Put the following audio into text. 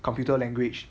computer language